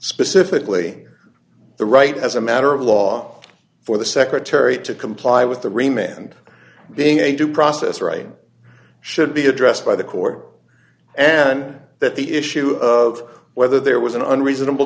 specifically the right as a matter of law for the secretary to comply with the remained being a due process rights should be addressed by the court and that the issue of whether there was an unreasonable